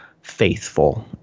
faithful